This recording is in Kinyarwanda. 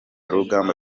rugamba